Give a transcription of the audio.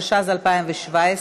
התשע"ז 2017,